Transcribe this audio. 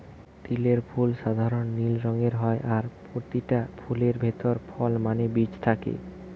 তিলের ফুল সাধারণ নীল রঙের হয় আর পোতিটা ফুলের ভিতরে ফল মানে বীজ থাকে